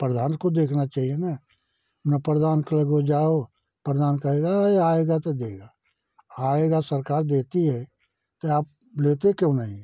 प्रधान को देखना चहिए ना प्रधान करें को जो प्रधान कहेगा अरे आएगा तो देगा आएगा सरकार देती है कि आप लेते क्यों नहीं